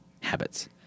Habits